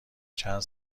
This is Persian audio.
چند